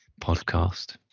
podcast